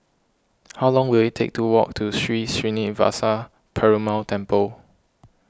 how long will it take to walk to Sri Srinivasa Perumal Temple